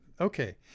Okay